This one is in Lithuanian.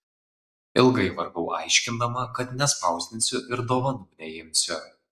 ilgai vargau aiškindama kad nespausdinsiu ir dovanų neimsiu